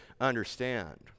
understand